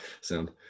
sound